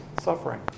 suffering